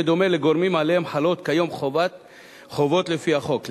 בדומה לגורמים שעליהם חלות כיום חובות לפי החוק,